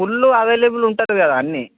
full available ఉంటుంది కదా అన్నీ